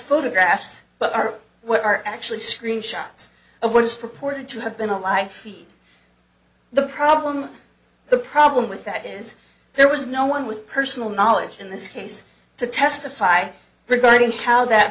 photographs but are what are actually screen shots of what is purported to have been a life feed the problem the problem with that is there was no one with personal knowledge in this case to testify regarding how that